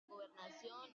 gobernación